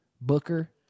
Booker